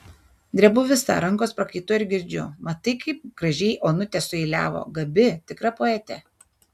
drebu visa rankos prakaituoja ir girdžiu matai kaip gražiai onutė sueiliavo gabi tikra poetė